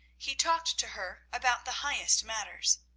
he talked to her about the highest matters.